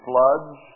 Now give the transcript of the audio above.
floods